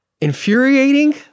Infuriating